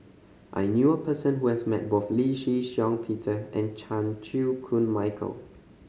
I knew a person who has met both Lee Shih Shiong Peter and Chan Chew Koon Michael